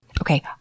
okay